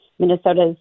Minnesota's